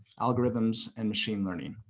algorithms, and machine learning,